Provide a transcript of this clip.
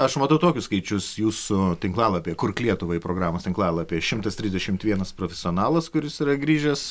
aš matau tokius skaičius jūsų tinklalapyje kurk lietuvai programos tinklalapyje šimtas trisdešimt vienas profesionalas kuris yra grįžęs